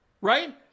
right